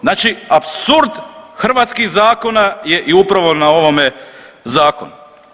Znači apsurd hrvatskih zakona je i upravo na ovome zakonu.